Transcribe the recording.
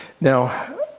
Now